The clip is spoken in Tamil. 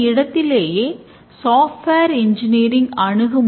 எஸ் ஆர் எஸ் செய்கிறோம்